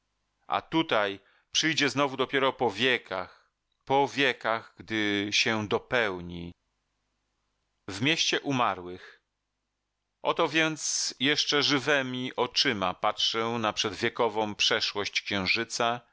a tutaj przyjdzie znowu dopiero po wiekach po wiekach gdy się dopełni oto więc jeszcze żywemi oczyma patrzę na przedwiekową przeszłość księżyca